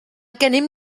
gennym